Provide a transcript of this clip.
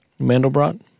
Mandelbrot